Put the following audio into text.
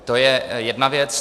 To je jedna věc.